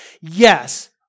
Yes